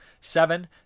Seven